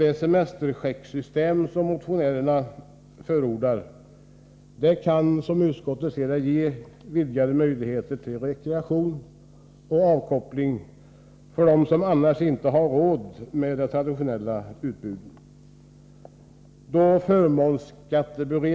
Det semesterchecksystem som motionärerna förordar kan, som utskottet ser det, ge vidgade möjligheter till rekreation och avkoppling för dem som annars inte har råd med det traditionella utbudet.